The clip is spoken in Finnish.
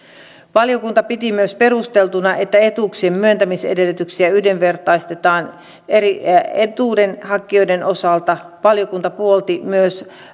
valiokunta piti myös perusteltuna että etuuksien myöntämisedellytyksiä yhdenvertaistetaan eri etuuden hakijoiden osalta valiokunta puolsi myös